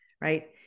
right